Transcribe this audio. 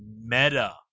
meta